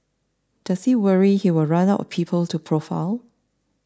does he worry he will run out of people to profile